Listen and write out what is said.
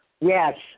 Yes